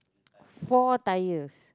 four tires